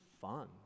fun